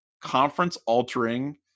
conference-altering